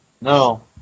No